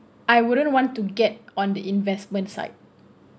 I wouldn't want to get on the investment side